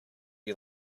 you